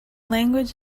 language